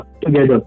together